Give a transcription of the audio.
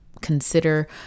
consider